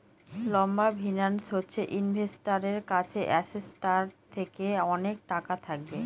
লম্বা ফিন্যান্স হচ্ছে ইনভেস্টারের কাছে অ্যাসেটটার থেকে অনেক টাকা থাকবে